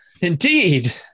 Indeed